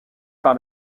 par